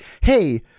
Hey